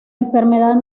enfermedad